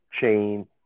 chain